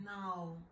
No